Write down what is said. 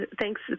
thanks